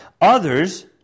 Others